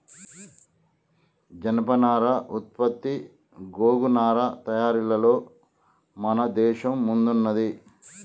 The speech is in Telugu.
జనపనార ఉత్పత్తి గోగు నారా తయారీలలో మన దేశం ముందున్నది